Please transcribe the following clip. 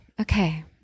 Okay